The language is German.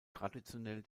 traditionell